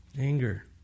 Anger